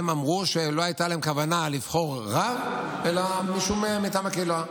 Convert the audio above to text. הם אמרו שלא הייתה להם כוונה לבחור רב אלא מישהו מטעם הקהילה,